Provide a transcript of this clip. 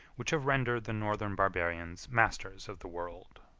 which have rendered the northern barbarians masters of the world.